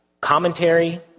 commentary